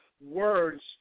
words